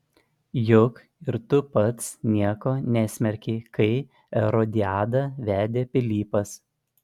juk ir tu pats nieko nesmerkei kai erodiadą vedė pilypas